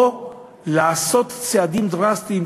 או שייעשו צעדים דרסטיים,